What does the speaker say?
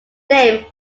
name